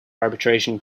arbitration